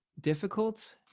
difficult